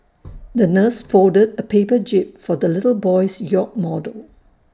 the nurse folded A paper jib for the little boy's yacht model